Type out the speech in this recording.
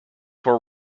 were